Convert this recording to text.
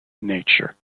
nature